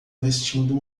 vestindo